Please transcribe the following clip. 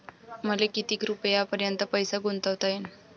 मले किती रुपयापर्यंत पैसा गुंतवता येईन?